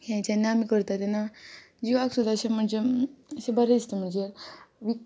हे जेन्ना आमी करता तेन्ना जिवाक सुद्दां अशें म्हणजे अशें बरें दिसता म्हणजेर विक